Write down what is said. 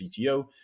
CTO